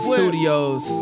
Studios